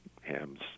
hams